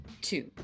two